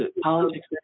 politics